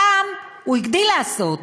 הפעם הוא הגדיל לעשות,